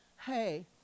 hey